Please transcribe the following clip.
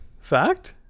fact